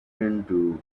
into